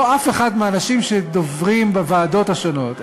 לא אף אחד מהאנשים שדוברים בוועדות השונות,